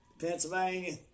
Pennsylvania